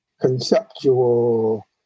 conceptual